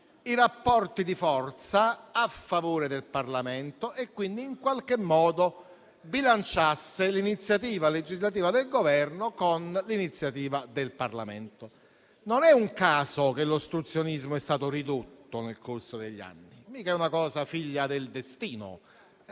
i rapporti di forza a favore del Parlamento e quindi bilanciasse l'iniziativa legislativa del Governo con l'iniziativa del Parlamento. Non è un caso che l'ostruzionismo è stato ridotto nel corso degli anni. Non è mica una cosa figlia del destino: